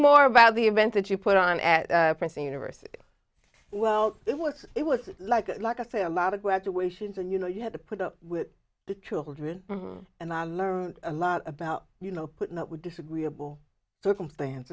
more about the event that you put on at princeton university well it was it was like like i say a lot of graduations and you know you had to put up with the children and i learned a lot about you know putting up with disagreeable circumstance